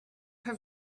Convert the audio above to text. her